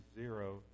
zero